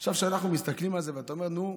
עכשיו, כשאנחנו מסתכלים על זה, אתה אומר: נו,